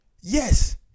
yes